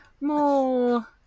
more